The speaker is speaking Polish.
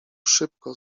szybko